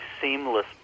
seamless